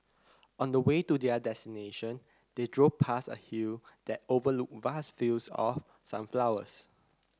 on the way to their destination they drove past a hill that overlooked vast fields of sunflowers